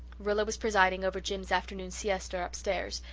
rilla was presiding over jims' afternoon siesta upstairs,